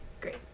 Great